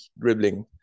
dribbling